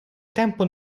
tempo